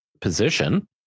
position